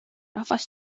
rahvas